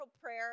prayer